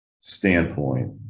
standpoint